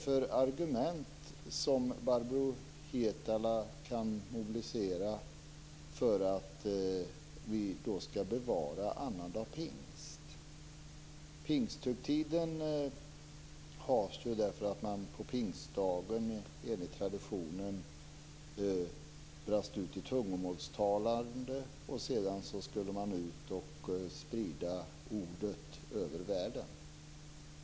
Vilka argument kan Barbro Hietala Nordlund mobilisera för ett bevarande av annandag pingst som helgdag? Pingsthögtiden finns ju därför att man på pingstdagen, enligt traditionen, brast ut i tungomålstalande. Sedan skulle man ut och sprida Ordet över världen.